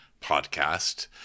podcast